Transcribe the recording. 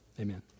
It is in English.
Amen